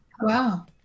Wow